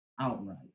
outright